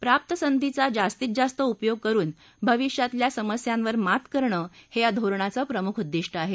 प्राप्त संधीचा जास्तीत जास्त उपयोग करुन भविष्यातल्या समस्यांवर मात करणं हे या धोरणाचं प्रमुख उद्दिष्ट आहे